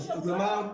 היושבת-ראש אמרה,